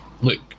look